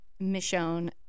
Michonne